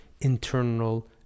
internal